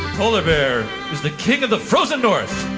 polar bear is the king of the frozen north.